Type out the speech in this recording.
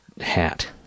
hat